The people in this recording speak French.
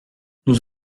nous